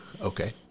Okay